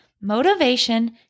Motivation